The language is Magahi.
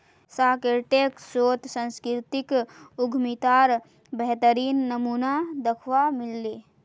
शार्कटैंक शोत सांस्कृतिक उद्यमितार बेहतरीन नमूना दखवा मिल ले